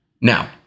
Now